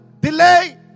delay